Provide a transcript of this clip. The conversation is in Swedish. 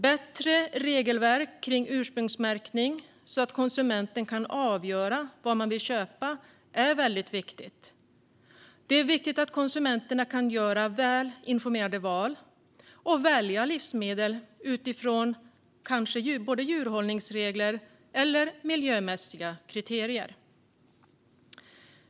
Bättre regelverk kring ursprungsmärkning så att konsumenterna kan avgöra vad de vill köpa är väldigt viktiga. Det är viktigt att konsumenterna kan göra välinformerade val och välja livsmedel utifrån kanske både djurhållningsregler och miljömässiga kriterier.